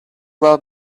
well